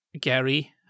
Gary